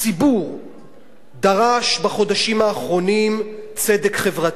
הציבור דרש בחודשים האחרונים צדק חברתי,